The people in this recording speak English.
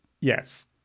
Yes